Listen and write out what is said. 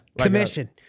commission